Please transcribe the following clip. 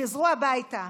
חזרו הביתה.